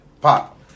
Pop